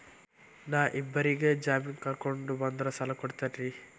ನಾ ಇಬ್ಬರಿಗೆ ಜಾಮಿನ್ ಕರ್ಕೊಂಡ್ ಬಂದ್ರ ಸಾಲ ಕೊಡ್ತೇರಿ?